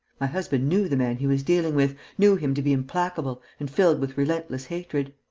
my husband knew the man he was dealing with, knew him to be implacable and filled with relentless hatred.